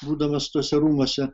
būdamas tuose rūmuose